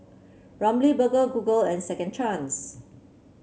Ramly Burger Google and Second Chance